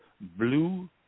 Blue